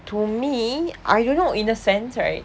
to me I don't know in a sense right